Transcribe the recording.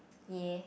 ya